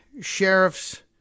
sheriff's